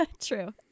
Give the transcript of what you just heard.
true